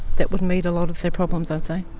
that would meet a lot of their problems, i'd say.